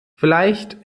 vielleicht